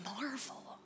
marvel